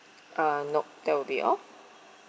uh nope that will be all